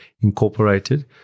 incorporated